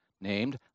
named